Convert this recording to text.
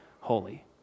holy